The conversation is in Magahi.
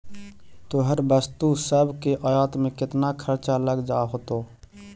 तोहर वस्तु सब के आयात में केतना खर्चा लग जा होतो?